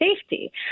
safety